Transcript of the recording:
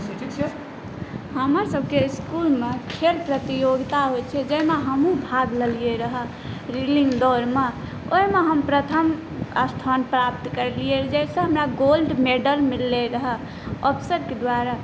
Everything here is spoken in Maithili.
हमर सबके इसकुलमे खेल प्रतियोगिता होइ छै जाहिमे हमहूँ भाग लेलिए रहै रीलिङ्ग दौड़मे ओहिमे हम प्रथम अस्थान प्राप्त करलिए जाहिसँ हमरा गोल्ड मेडल मिललै रहै अफसरके द्वारा